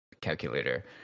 calculator